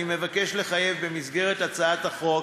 אני מבקש לחייב במסגרת הצעת החוק